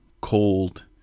cold